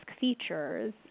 features